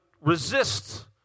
resist